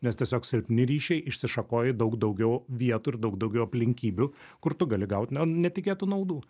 nes tiesiog silpni ryšiai išsišakoja į daug daugiau vietų ir daug daugiau aplinkybių kur tu gali gaut na netikėtų naudų